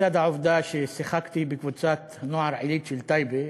לצד העובדה ששיחקתי בקבוצת הנוער העילית של טייבה,